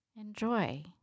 Enjoy